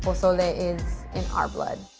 pozole is in our blood.